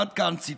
עד כאן הציטוט.